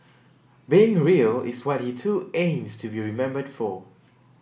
being real is what he too aims to be remembered for